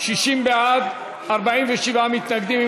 60 בעד, 47 מתנגדים.